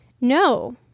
No